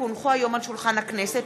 כי הונחו היום על שולחן הכנסת,